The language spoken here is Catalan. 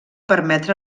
permetre